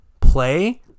play